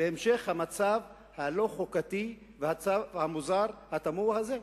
להמשך המצב הלא-חוקתי ולמצב המוזר התמוה הזה.